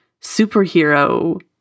superhero